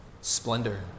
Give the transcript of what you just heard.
splendor